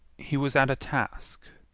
he was at a task.